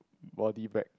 body back